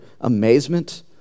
amazement